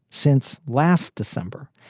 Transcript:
since last december.